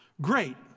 Great